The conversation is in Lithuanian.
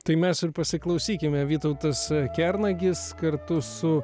tai mes ir pasiklausykime vytautas kernagis kartu su